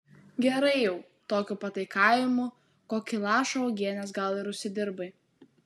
gerai jau tokiu pataikavimu kokį lašą uogienės gal ir užsidirbai